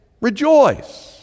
rejoice